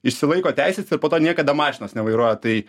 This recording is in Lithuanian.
išsilaiko teises ir po to niekada mašinos nevairuoja tai